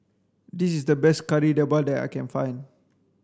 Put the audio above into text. this is the best Kari Debal that I can find